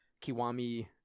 Kiwami